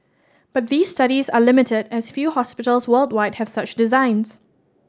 but these studies are limited as few hospitals worldwide have such designs